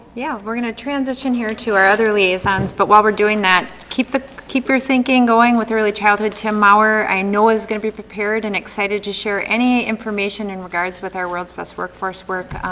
yeah. we're gonna transition here to our other liaisons but while we're doing that, keep ah keep your thinking going with early childhood. tim mauer i know is gonna be prepared and excited to share any information in regards with our world's best workforce work.